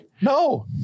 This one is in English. No